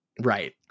Right